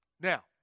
Now